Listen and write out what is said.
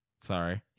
sorry